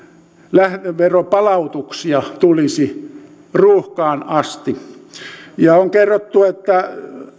lähdeveropalautuksia tulisi ruuhkaan asti on kerrottu että